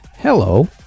Hello